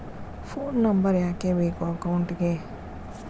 Phone number ಯಾಕೆ ಬೇಕು ಅಕೌಂಟಿಗೆ?